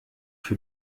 für